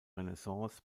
renaissance